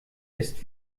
ist